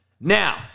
Now